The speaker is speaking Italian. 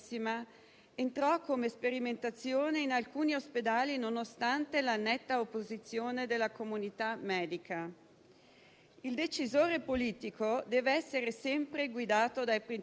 che rappresenta il discrimine tra una società moderna e una premoderna in cui le decisioni si prendevano sulla base del pensiero magico e delle superstizioni.